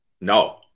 No